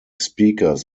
speakers